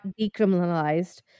decriminalized